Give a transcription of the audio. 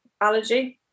allergy